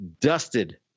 dusted